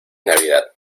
navidad